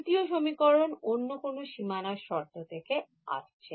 দ্বিতীয় সমীকরণ অন্য কোন সীমানা শর্ত থেকে আসছে